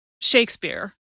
Shakespeare